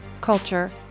culture